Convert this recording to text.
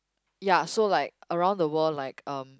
ya so like around the world like um